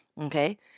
okay